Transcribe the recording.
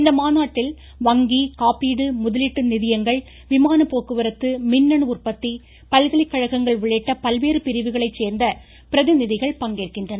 இந்த மாநாட்டில் வங்கி காப்பீடு முதலீட்டு நிதியங்கள் விமான போக்குவரத்து மின்னணு உற்பத்தி பல்கலைக்கழகங்கள் உள்ளிட்ட பல்வேறு பிரிவுகளை சேர்ந்த பிரதிநிதிகள் பங்கேற்கின்றனர்